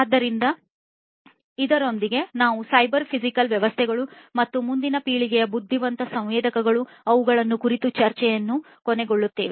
ಆದ್ದರಿಂದ ಇದರೊಂದಿಗೆ ನಾವು ಸೈಬರ್ ಫಿಸಿಕಲ್ ವ್ಯವಸ್ಥೆಗಳು ಮತ್ತು ಮುಂದಿನ ಪೀಳಿಗೆಯ ಬುದ್ಧಿವಂತ ಸಂವೇದಕಗಳು ಅವುಗಳನ್ನು ಕುರಿತು ಚರ್ಚೆಯನ್ನು ಕೊನೆಗೊಳ್ಳುತ್ತೇವೆ